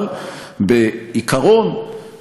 אבל בעיקרון,